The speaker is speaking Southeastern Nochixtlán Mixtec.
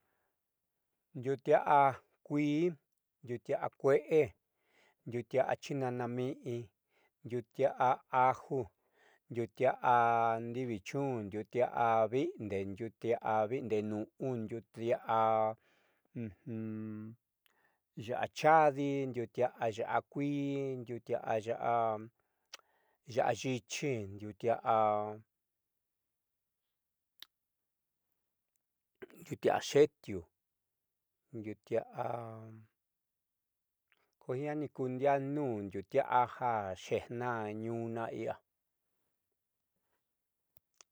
Ndiuutia'a kui ndiuutia'a kue'e ndiuutiaa chinana mi'i ndiuutia'a aju ndiuutiaá ndivichun ndiotia'a vi'inde ndiuutia'a vi'inde nu'u ndiuutia'a ya'a chaadi ndiuutia'a ya'a kuiindiuutia'a ya'a yi'ichi ndiuutia'a xe'etiuu ndiuutia'a kojiani ku ndiaa nuun ndiuutia'a kojiani ku ndiaa nuun ndiuutia'a jaxeejna ñuuna i'ia.